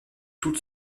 toute